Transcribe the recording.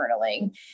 journaling